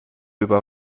über